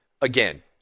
Again